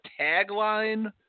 tagline